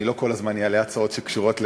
לא כל הזמן אעלה הצעות שקשורות לעולם,